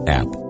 app